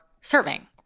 serving